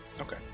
Okay